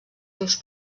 seus